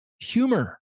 humor